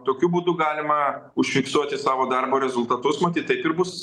tokiu būdu galima užfiksuoti savo darbo rezultatus matyt taip ir bus